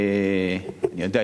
אני יודע,